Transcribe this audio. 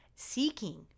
Seeking